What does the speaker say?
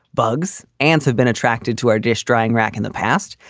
bugs ants have been attracted to our dish drying rack in the past.